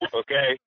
okay